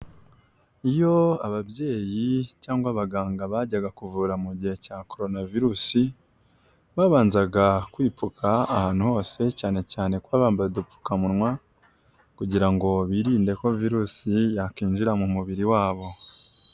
Iyo ababyeyi cyangwa abaganga bajyaga kuvura mu gihe cya Corona Virus, babanzaga kwipfuka ahantu hose cyane cyane kuba bambaye udupfukamunwa kugira ngo birinde ko virusi yakwinjira mu mubiri wa bo.